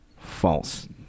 false